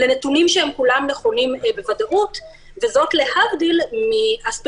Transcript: אלה נתונים שהם כולם נכונים בוודאות וזאת להבדיל מהספקולציות,